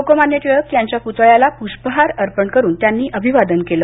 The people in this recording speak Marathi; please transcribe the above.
लोकमान्य टिळक यांच्या पुतळ्याला पुष्पहार अर्पण करून अभिवादन केलं